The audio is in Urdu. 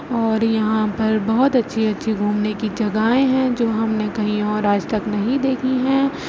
اور یہاں پر بہت اچھی اچھی گھومنے کی جگہیں ہیں جو ہم نے کہیں اور آج تک نہیں دیکھی ہیں